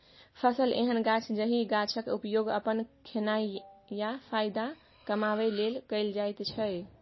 फसल एहन गाछ जाहि गाछक उपयोग अपन खेनाइ या फाएदा कमाबै लेल कएल जाइत छै